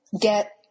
get